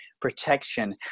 protection